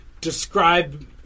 describe